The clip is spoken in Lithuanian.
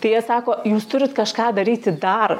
tai jie sako jūs turit kažką daryti dar